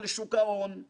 המכהנים כעת,